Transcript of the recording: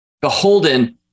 beholden